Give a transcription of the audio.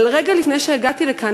אבל רגע לפני שהגעתי לכאן,